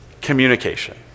Communication